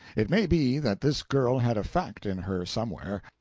it may be that this girl had a fact in her somewhere,